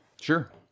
Sure